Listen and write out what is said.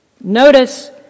Notice